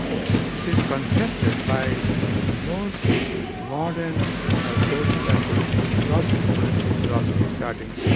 this is contested by most modern social and political philosophy, political philosophy starting